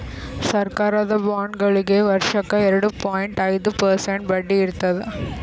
ಸರಕಾರದ ಬಾಂಡ್ಗೊಳಿಗ್ ವರ್ಷಕ್ಕ್ ಎರಡ ಪಾಯಿಂಟ್ ಐದ್ ಪರ್ಸೆಂಟ್ ಬಡ್ಡಿ ಇರ್ತದ್